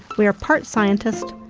we are part scientist,